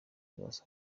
basa